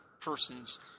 person's